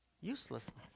uselessness